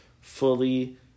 fully